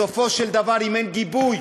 בסופו של דבר אם אין גיבוי